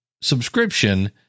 subscription